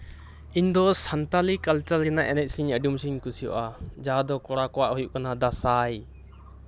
ᱤᱧ ᱫᱚ ᱥᱟᱱᱛᱟᱞᱤ ᱠᱟᱞᱪᱟᱨ ᱨᱮᱱᱟᱜ ᱮᱱᱮᱡ ᱥᱮᱨᱮᱧ ᱟᱹᱰᱤ ᱢᱚᱸᱡ ᱤᱧ ᱠᱩᱥᱤᱭᱟᱜᱼᱟ ᱡᱟᱸᱦᱟ ᱫᱚ ᱠᱚᱲᱟ ᱠᱚᱣᱟᱜ ᱦᱩᱭᱩᱜ ᱠᱟᱱᱟ ᱫᱟᱸᱥᱟᱭ